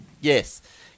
Yes